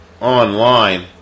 online